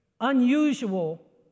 Unusual